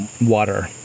water